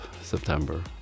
September